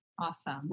Awesome